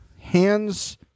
Hands